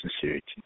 sincerity